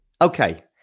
Okay